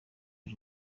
uru